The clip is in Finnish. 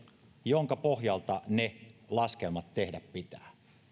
jonka pohjalta ne laskelmat pitää tehdä